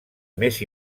més